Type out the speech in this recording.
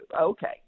Okay